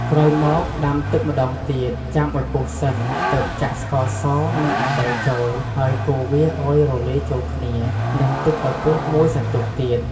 ក្រោយមក ដាំទឹកម្ដងទៀត ចាំឱ្យពុះសិន ទើបចាក់ស្ករសនិងអំបិលចូល ហើយកូរវាឱ្យរលាយចូលគ្នា និងទុកឱ្យពុះមួយសន្ទុះទៀត។